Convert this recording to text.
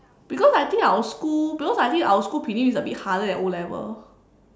because I think our school because I think our school prelim is a bit harder than O-level